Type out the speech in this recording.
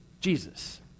Jesus